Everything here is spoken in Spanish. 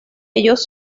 ellos